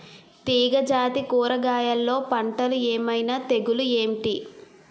తీగ జాతి కూరగయల్లో పంటలు ఏమైన తెగులు ఏంటి?